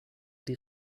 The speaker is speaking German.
die